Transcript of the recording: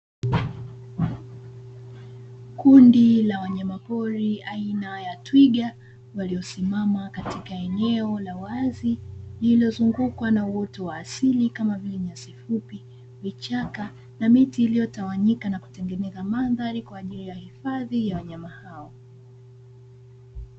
Kundi la wanyama poli aina ya twiga waliosimama katika eneo la wazi lililozungukwa na uoto wa asili kama vile nyasi fupi, vichaka na miti iliyotawanyika na kutengeneza mandhari kwaajili ya hifadhi ya wanyama hao.